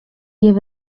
geane